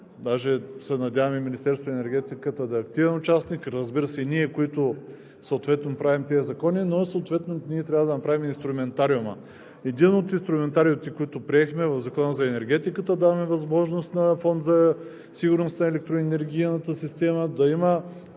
Даже се надявам и Министерството на енергетиката да е активен участник. Разбира се, и ние, които съответно им правим тези закони, но ние трябва да направим инструментариума. С единия от инструментариумите, който приехме в Закона за енергетиката, даваме възможност на Фонда за сигурност на електроенергийната система да има